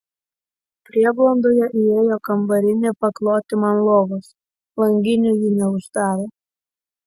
prieblandoje įėjo kambarinė pakloti man lovos langinių jį neuždarė